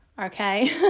okay